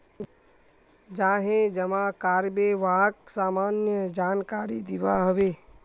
जाहें जमा कारबे वाक सामान्य जानकारी दिबा हबे